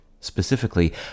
Specifically